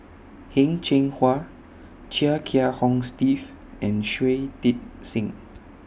Heng Cheng Hwa Chia Kiah Hong Steve and Shui Tit Sing